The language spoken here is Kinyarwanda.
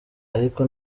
ariko